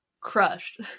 crushed